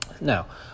Now